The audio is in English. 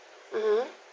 (uh huh)